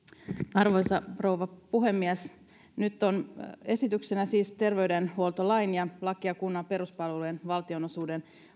arvoisa rouva puhemies nyt esitetään siis muutettavaksi terveydenhuoltolakia ja lakia kunnan peruspalvelujen valtionosuudesta